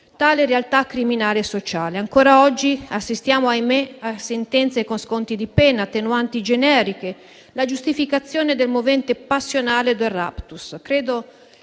tale realtà criminale e sociale. Ancora oggi assistiamo - ahimè - a sentenze con sconti di pena, attenuanti generiche, alla giustificazione del movente passionale del *raptus.*